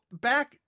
back